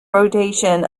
rotation